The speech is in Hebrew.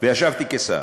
וישבתי כשר,